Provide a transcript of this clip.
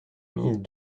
mille